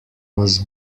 was